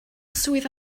swydd